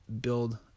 build